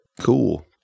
Cool